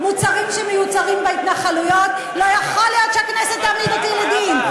וכדאי שתקשיב היטב למה שאמרתי,